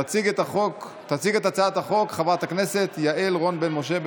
תציג את הצעת החוק חברת הכנסת יעל רון בן משה.